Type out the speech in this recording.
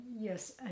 yes